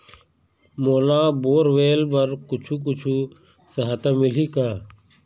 मोला bore borewells बर कुछू कछु सहायता मिलही का?